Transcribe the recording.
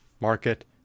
market